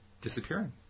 disappearing